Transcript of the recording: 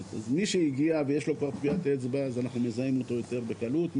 אז מי שהגיע ויש לו כבר טביעת אצבע אנחנו מזהים אותו כבר יותר בקלות,